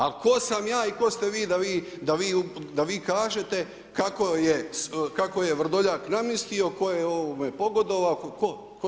A tko sam ja i tko ste vi da vi kažete kako je Vrdoljak namjestio, tko je kome pogodovao, tko?